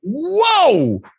Whoa